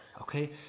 Okay